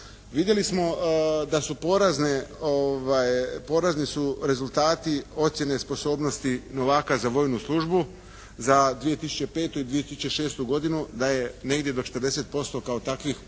Vidjeli smo da su porazni rezultati ocjene sposobnosti novaka za vojnu službu za 2005. i 2006. godinu da je negdje do 40% kao takvih proglašeno